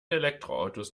elektroautos